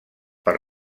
per